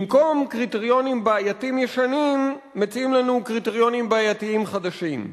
במקום קריטריונים בעייתיים ישנים מציעים לנו קריטריונים בעייתיים חדשים.